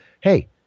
hey